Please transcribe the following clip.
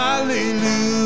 Hallelujah